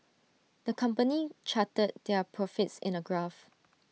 the company charted their profits in A graph